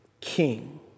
King